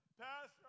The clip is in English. Pastor